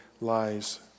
lies